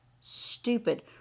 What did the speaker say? stupid